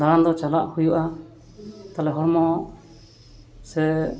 ᱫᱟᱬᱟᱱ ᱫᱚ ᱪᱟᱞᱟᱜ ᱦᱩᱭᱩᱜᱼᱟ ᱛᱟᱦᱚᱞᱮ ᱦᱚᱲᱢᱚ ᱦᱚᱸ ᱥᱮ